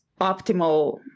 optimal